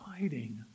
fighting